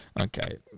Okay